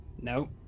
Nope